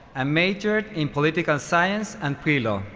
and majored in political science and pre-law.